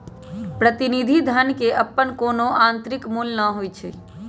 प्रतिनिधि धन के अप्पन कोनो आंतरिक मूल्य न होई छई